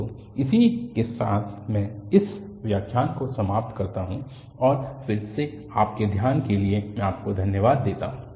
तो इसी के साथ मैं इस व्याख्यान को समाप्त करता हूं और फिर आपके ध्यान के लिए मैं आपको धन्यवाद देता हूँ